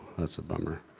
a bummer.